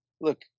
look